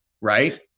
right